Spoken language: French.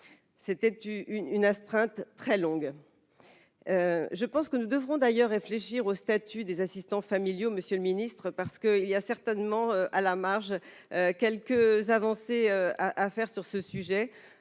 c'était une une astreinte très longue, je pense que nous devrons d'ailleurs réfléchir au statut des assistants familiaux, Monsieur le Ministre, parce que il y a certainement à la marge quelques avancées à à faire sur ce sujet,